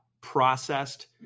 processed